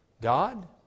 God